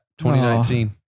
2019